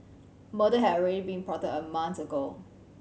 a murder had already been plotted a month ago